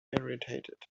irritated